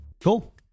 Cool